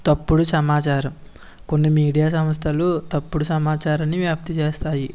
తప్పుడు సమాచారం కొన్ని మీడియా సంస్థలు తప్పుడు సమాచారాన్ని వ్యాప్తి చేస్తాయి